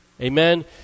Amen